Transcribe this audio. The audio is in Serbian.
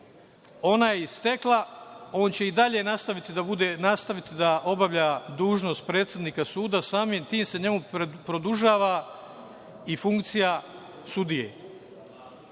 je istekla, on će i dalje nastaviti da obavlja dužnost predsednika suda, samim tim se njemu produžava i funkcija sudije.